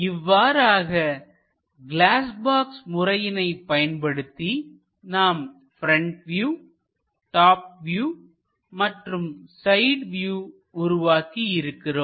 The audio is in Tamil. இவ்வாறாக கிளாஸ் பாக்ஸ் முறையினைப் பயன்படுத்தி நாம் ப்ரெண்ட் வியூ டாப் வியூ மற்றும் சைடு வியூ உருவாக்கி இருக்கிறோம்